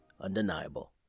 undeniable